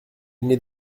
n’est